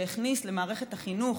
שהכניס למערכת החינוך